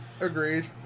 Agreed